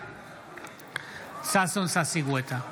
בעד ששון ששי גואטה,